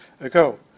ago